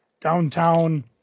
downtown